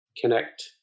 connect